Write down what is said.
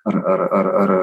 ar ar ar ar